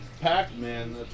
Pac-Man